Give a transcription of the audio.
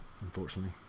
unfortunately